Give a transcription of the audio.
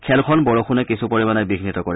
খেলখন বৰষুণে কিছু পৰিমাণে বিঘ্নিত কৰে